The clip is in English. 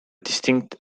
distinct